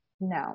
No